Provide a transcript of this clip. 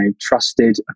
Trusted